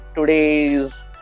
today's